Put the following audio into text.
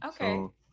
Okay